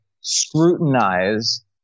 scrutinize